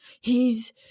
He's